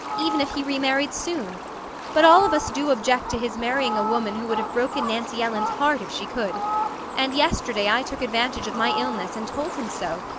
even if he remarried soon but all of us do object to his marrying a woman who would have broken nancy ellen's heart if she could and yesterday i took advantage of my illness, and told him so.